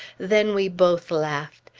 then we both laughed.